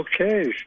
Okay